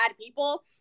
people